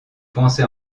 pensez